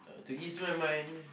to ease my mind